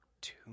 two